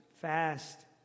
fast